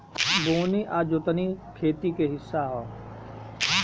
बोअनी आ जोतनी खेती के हिस्सा ह